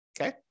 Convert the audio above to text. Okay